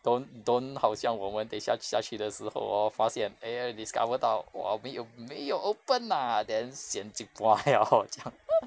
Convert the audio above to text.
don't don't 好像我们等下下去的时候 hor 发现 eh discover 到 !wah! 没有没有 open lah then sian ji pua liao 这样